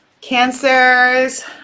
cancers